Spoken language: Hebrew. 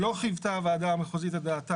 "לא חיוותה הוועדה המחוזית את דעתה",